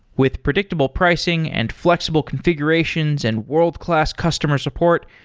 with predictable pricing and flexible configurations and world-class customer support,